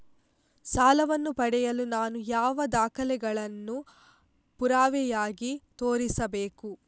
ಸಾಲವನ್ನು ಪಡೆಯಲು ನಾನು ಯಾವ ದಾಖಲೆಗಳನ್ನು ಪುರಾವೆಯಾಗಿ ತೋರಿಸಬೇಕು?